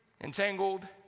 entangled